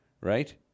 right